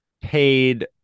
paid